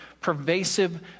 pervasive